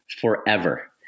forever